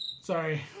Sorry